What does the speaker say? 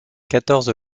quatorze